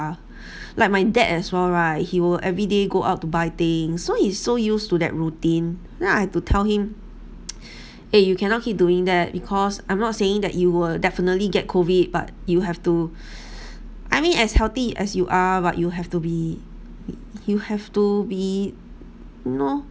like my dad as well right he will everyday go out to buy things so he's so used to that routine then I had to tell him eh you cannot keep doing that because I'm not saying that you will definitely get COVID but you have to I mean as healthy as you are but you have to be you have to be you know